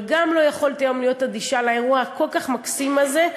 אבל גם היום לא יכולתי להישאר אדישה לאירוע הכל-כך מקסים הזה,